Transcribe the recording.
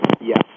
Yes